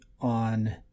on